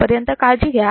तोपर्यंत काळजी घ्या